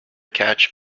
catch